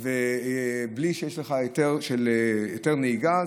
בלי היתר נהיגה.